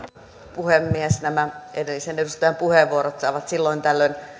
puhemies nämä edellisen edustajan puheenvuorot saavat silloin tällöin